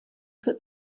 put